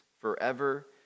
forever